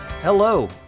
Hello